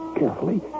carefully